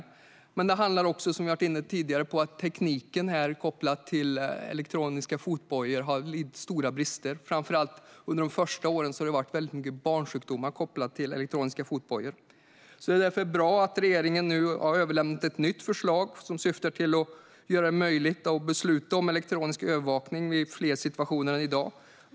För det andra handlar det om, som vi har varit inne på tidigare, att tekniken kopplad till elektroniska fotbojor har stora brister. Framför allt har det under de första åren varit mycket barnsjukdomar. Det är därför bra att regeringen nu har överlämnat ett nytt förslag som syftar till att göra det möjligt att besluta om elektronisk övervakning i fler situationer än i dag.